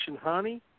honey